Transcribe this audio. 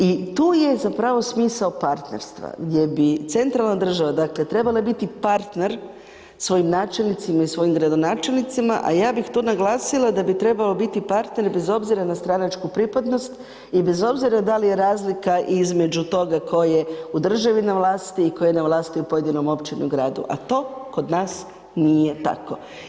I tu je zapravo smisao partnerstva, gdje bi centralna država, dakle, trebale biti partner svojim načelnicima i svojim gradonačelnicima, a ja bih tu naglasila da bi trebao biti partner bez obzira na stranačku pripadnost i bez obzira da li je razlika između toga tko je u državi na vlasti i tko je na vlasti u pojedinoj općini i gradu, a to kod nas nije tako.